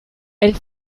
elle